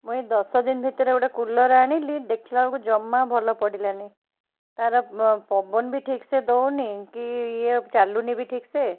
ମୁଁ ଏଇ ଦଶଦିନ ଭିତରେ ଗୋଟେ କୁଲର୍ ଆଣିଲି ଦେଖିଲା ବେଳକୁ ଜମା ଭଲ ପଡ଼ିଲାନି ତା'ର ପବନ ବି ଠିକ୍ ସେ ଦେଉନି କି ଇଏ ଚାଲୁନି ବି ଠିକ୍ ସେ